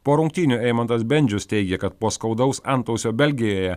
po rungtynių eimantas bendžius teigė kad po skaudaus antausio belgijoje